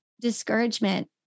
discouragement